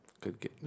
Good